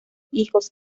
hijos